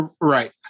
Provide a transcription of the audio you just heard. Right